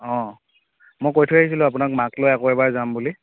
অঁ মই কৈ থৈ আহিছিলোঁ আপোনাক মাক লৈ আকৌ এবাৰ যাম বুলি